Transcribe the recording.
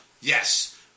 Yes